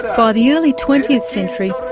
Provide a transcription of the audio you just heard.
by the early twentieth century,